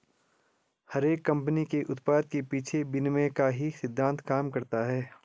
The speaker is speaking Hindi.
हर एक कम्पनी के उत्पाद के पीछे विनिमय का ही सिद्धान्त काम करता है